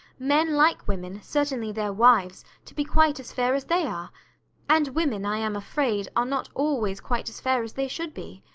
men like women, certainly their wives, to be quite as fair as they are and women, i am afraid, are not always quite as fair as they should be.